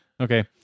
Okay